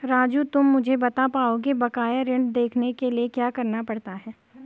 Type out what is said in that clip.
राजू तुम मुझे बता पाओगे बकाया ऋण देखने के लिए क्या करना पड़ता है?